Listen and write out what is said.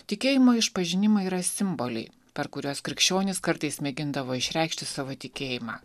tikėjimo išpažinimai yra simboliai per kuriuos krikščionys kartais mėgindavo išreikšti savo tikėjimą